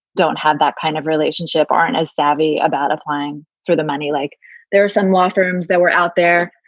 don't have that kind of relationship, aren't as savvy about applying for the money like there are some water rooms that were out there,